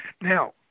Now